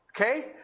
Okay